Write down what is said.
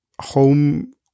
home